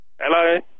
Hello